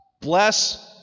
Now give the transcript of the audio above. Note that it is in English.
bless